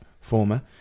former